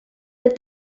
that